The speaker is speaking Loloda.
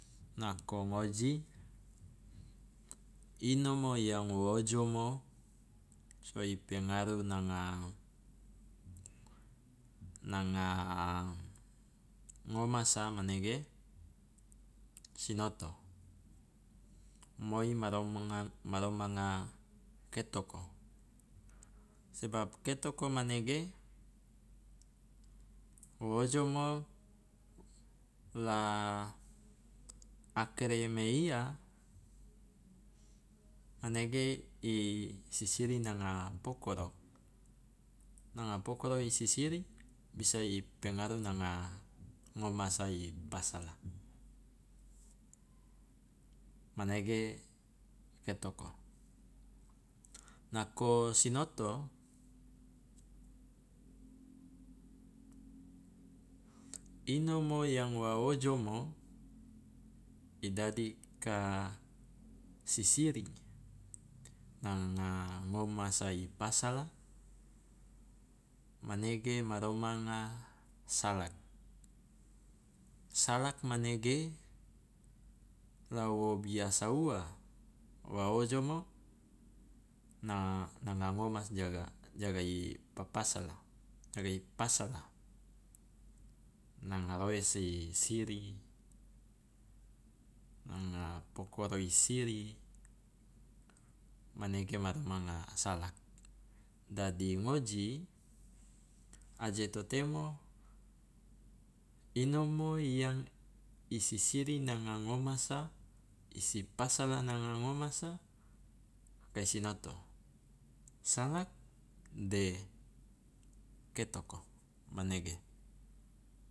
Nako ngoji inomo yang wo ojomo so i pengaruh nanga nanga ngomasa manege sinoto. Moi ma romanga ma romanga ketoko, sebab ketoko manege wo ojomo la akere meiya manege i sisiri nanga pokoro, nanga pokoro i sisiri bisa i pengaruh nanga ngomasa i pasala, manege ketoko. Nako sinoto, inomo yang wa ojomo i dadi ka sisiri nanga ngomasa i pasala manege ma romanga salak, salak manege la wo biasa ua wa ojomo na- nanga ngomasa jaga jaga i papasala jaga i pasala, nanga roese i siri, nanga pokoro i siri, manege ma romanga salak. Dadi ngoji aje to temo inomo yang i sisiri nanga ngomasa, i si pasala nanga ngomasa kai sinoto, salak de ketoko, manege.